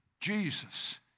Jesus